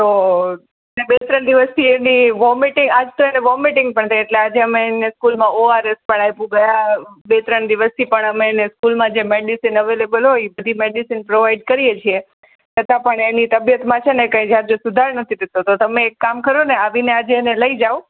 તો બે ત્રણ દિવસથી એની વોમિટિંગ આજ તો એને વોમિટિંગ પણ થઈ એટલે આજે અમે એને સ્કૂલમાં ઓ આર એસ પણ આપ્યું ગયા બે ત્રણ દિવસથી પણ અમે એને સ્કૂલમાં જે મેડિસિન અવેઈલેબલ હોય એ બધી મેડિસિન પ્રોવાઈડ કરીએ છીએ છતાં પણ એની તબિયતમાં કંઈ ઝાઝો સુધાર નથી થતો તો તમે એક કામ કરોને આવીને આજે એને લઈ જાઓ